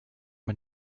man